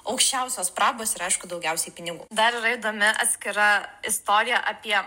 aukščiausios prabos ir aišku daugiausiai pinigų dar yra įdomi atskira istorija apie